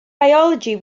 biology